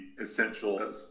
essential